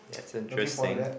that's interesting